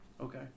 Okay